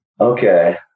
okay